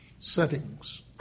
settings